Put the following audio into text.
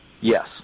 Yes